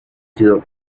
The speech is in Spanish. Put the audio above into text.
sido